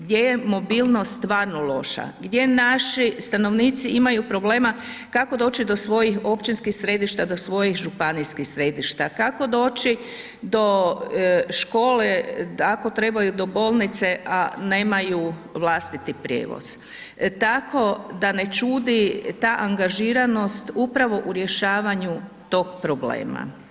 Gdje je mobilnost stvarno loša, gdje naši stanovnici imaju problema kako doći do svojim općinskih središta, do svojih županijskih središta, kako doći do škole, ako trebaju do bolnice, a nemaju vlastiti prijevoz, tako da ne čudi ta angažiranost upravo u rješavanju tog problema.